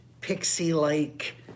pixie-like